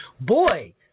boy